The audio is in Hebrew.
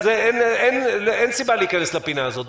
אין סיבה להיכנס לפינה הזאת,